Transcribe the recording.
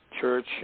church